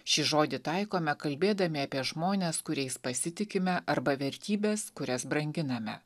šį žodį taikome kalbėdami apie žmones kuriais pasitikime arba vertybes kurias branginame